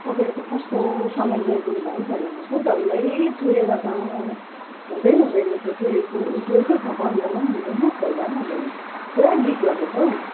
तपाईँले त कस्तो सामान ल्याइदिनु भयो भयो हेर्नु होस् त डल्लै चुहेर त हुँदै हुँदैन त चुहेको चुहेको छ बन्द गर्दा नि हुँदैन खोल्दा नि हुँदैन पुरा लिक गर्दैछ हो